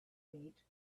gate